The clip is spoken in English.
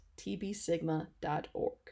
tbsigma.org